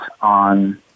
on